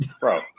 Bro